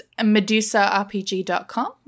medusarpg.com